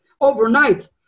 overnight